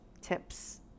tips